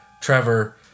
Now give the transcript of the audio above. Trevor